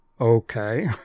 okay